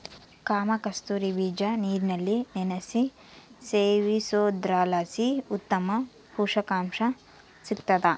ಕಾಮಕಸ್ತೂರಿ ಬೀಜ ನೀರಿನಲ್ಲಿ ನೆನೆಸಿ ಸೇವಿಸೋದ್ರಲಾಸಿ ಉತ್ತಮ ಪುಷಕಾಂಶ ಸಿಗ್ತಾದ